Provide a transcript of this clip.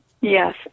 yes